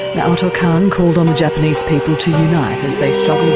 naoto kan called on the japanese people to unite as they struggle